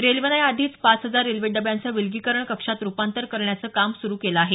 रेल्वेनं याआधीच पाच हजार रेल्वे डब्यांचं विलगीकरण कक्षात रूपांतर करण्याचं काम सुरू केलं आहे